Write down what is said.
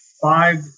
five